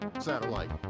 satellite